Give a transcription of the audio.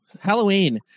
Halloween